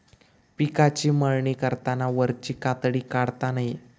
पिकाची मळणी करताना वरची कातडी काढता नये